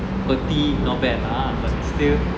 got tea not bad lah but still